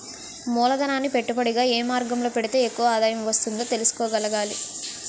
మూలధనాన్ని పెట్టుబడిగా ఏ మార్గంలో పెడితే ఎక్కువ ఆదాయం వస్తుందో తెలుసుకోగలగాలి